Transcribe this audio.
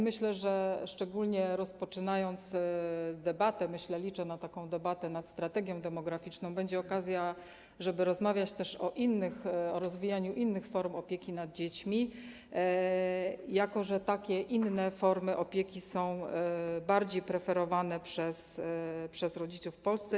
Myślę, że szczególnie gdy rozpoczyna się debatę, liczę na taką debatę nad strategią demograficzną, będzie okazja, żeby rozmawiać o rozwijaniu innych form opieki nad dziećmi, jako że te inne formy opieki są bardziej preferowane przez rodziców w Polsce.